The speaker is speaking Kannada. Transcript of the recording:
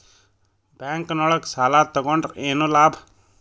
ಬ್ಯಾಂಕ್ ನೊಳಗ ಸಾಲ ತಗೊಂಡ್ರ ಏನು ಲಾಭ?